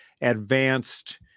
advanced